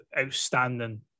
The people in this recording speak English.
Outstanding